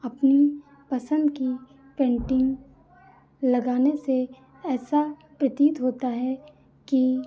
अपनी पसंद की पेन्टिंग लगाने से ऐसा प्रतीत होता है कि